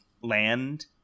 land